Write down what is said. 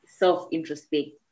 self-introspect